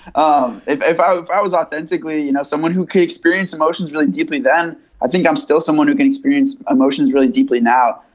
um if if i if i was authentically, you know, someone who could experience emotions really deeply, then i think i'm still someone who can experience emotions really deeply now.